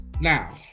Now